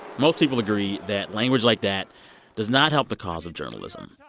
most people agree that language like that does not help the cause of journalism.